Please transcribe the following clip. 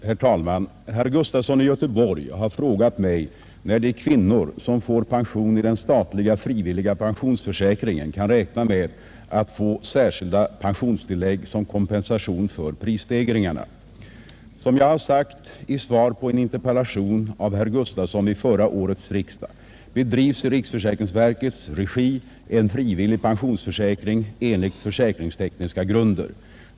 Herr talman! Herr Gustafson i Göteborg har frågat mig när de kvinnor som får pension i den statliga frivilliga pensionsförsäkringen kan räkna med att få särskilda pensionstillägg som kompensation för prisstegringarna. Som jag har sagt i svar på en interpellation av herr Gustafson vid förra årets riksdag bedrivs i riksförsäkringsverkets regi en frivillig pensionsförsäkring enligt försäkringstekniska grunder.